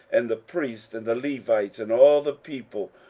and the priests, and the levites, and all the people,